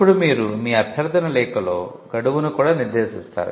ఇప్పుడు మీరు మీ అభ్యర్థన లేఖలో గడువును కూడా నిర్దేశిస్తారు